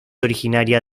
originaria